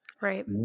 Right